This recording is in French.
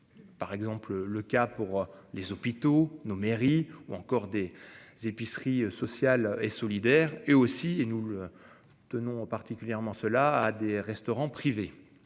Par exemple le cas pour les hôpitaux, nos mairies ou encore des épiceries sociales et solidaires et aussi et nous le. Tenons particulièrement cela à des restaurants privés